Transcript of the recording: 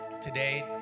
today